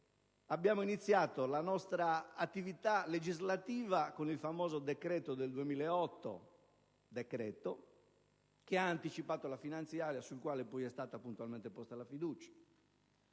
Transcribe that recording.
Abbiamo iniziato la nostra attività legislativa con il famoso decreto-legge n. 112 del 2008, che ha anticipato la finanziaria sul quale poi è stata puntualmente posta la fiducia.